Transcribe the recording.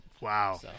Wow